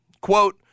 Quote